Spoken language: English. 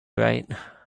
right